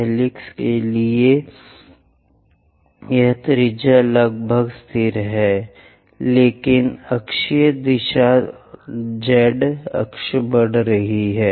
helix के लिए यह त्रिज्या लगभग स्थिर है लेकिन अक्षीय दिशाएं जेड अक्ष बढ़ जाती हैं